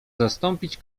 zastąpić